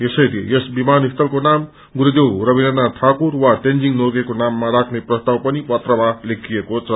यसैले यस विमानस्थलको नाम गुरूदेव रवीन्त्रनाथ ठाकुर वा तेन्जिङ नोर्गेको नाममा राख्ने प्रस्ताव पनि पत्रमा लेखिएको छ